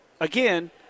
again